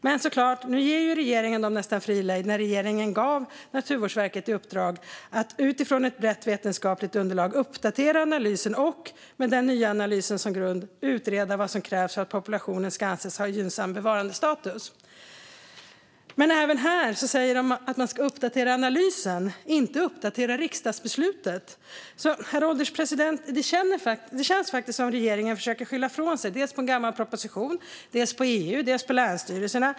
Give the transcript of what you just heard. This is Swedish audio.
Men regeringen gav dem såklart nästan fri lejd när den gav Naturvårdsverket i uppdrag att utifrån ett brett vetenskapligt underlag uppdatera analysen och, med den nya analysen som grund, utreda vad som krävs för att populationen ska anses ha gynnsam bevarandestatus. Även här säger regeringen att de ska uppdatera analysen, inte uppdatera riksdagsbeslutet. Herr ålderspresident! Det känns faktiskt som att regeringen försöker skylla ifrån sig, dels på en gammal proposition, dels på EU och dels på länsstyrelserna.